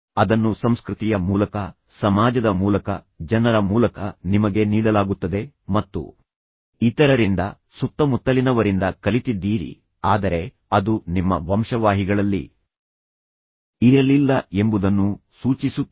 ಅದನ್ನು ಸಂಸ್ಕೃತಿಯ ಮೂಲಕ ಸಮಾಜದ ಮೂಲಕ ಜನರ ಮೂಲಕ ನಿಮಗೆ ನೀಡಲಾಗುತ್ತದೆ ಮತ್ತು ಇತರರಿಂದ ಸುತ್ತಮುತ್ತಲಿನವರಿಂದ ಕಲಿತಿದ್ದೀರಿ ಆದರೆ ಅದು ನಿಮ್ಮ ವಂಶವಾಹಿಗಳಲ್ಲಿ ಇರಲಿಲ್ಲ ಎಂಬುದನ್ನು ಸೂಚಿಸುತ್ತದೆ